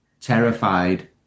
terrified